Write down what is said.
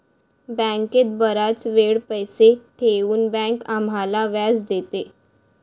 बँकेत बराच वेळ पैसे ठेवून बँक आम्हाला व्याज देते